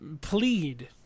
plead